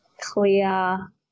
clear